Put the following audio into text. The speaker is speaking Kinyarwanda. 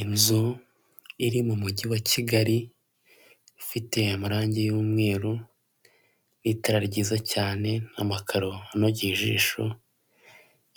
Inzu iri mu mujyi wa Kigali ifite amarangi y'umweru n'itara ryiza cyane, n'amakaro anogeye ijisho